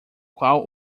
qual